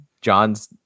John's